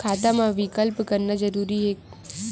खाता मा विकल्प करना जरूरी है?